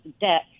debt